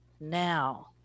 now